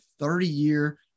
30-year